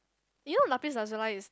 you know lapis lazuli is the